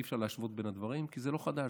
אי-אפשר להשוות בין הדברים כי זה לא חדש.